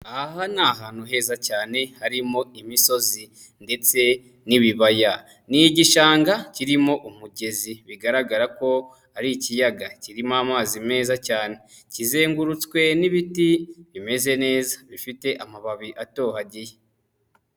Aha aha ni ahantu heza cyane harimo imisozi ndetse n'ibibaya. Ni igishanga kirimo umugezi, bigaragara ko ari ikiyaga kirimo amazi meza cyane. Kizengurutswe n'ibiti bimeze neza bifite amababi atohagiye.